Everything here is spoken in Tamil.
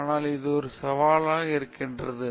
எனவே இது ஒரு சவாலாக இருக்கிறது